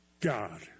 God